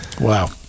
Wow